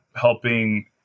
helping